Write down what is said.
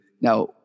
Now